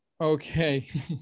Okay